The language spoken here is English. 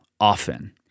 Often